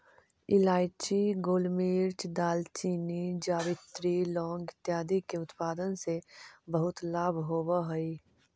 इलायची, गोलमिर्च, दालचीनी, जावित्री, लौंग इत्यादि के उत्पादन से बहुत लाभ होवअ हई